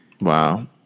wow